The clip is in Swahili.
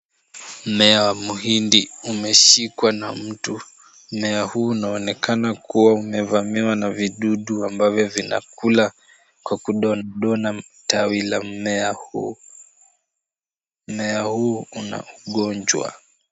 Mmea mhindi umeshikwa na mtu. Mmea huu unaonekana kuwa umevamiwa na vidudu ambavyo vinakula kwa kundondoa matawi ya mmea huu. Mmea huu una ugonjwa.